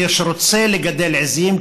מי שרוצה לגדל עיזים,